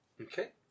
Okay